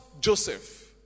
Joseph